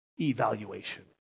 evaluation